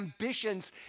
ambitions